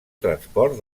transport